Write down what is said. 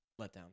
Letdown